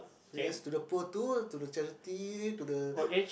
oh yes to the poor too to the charity to the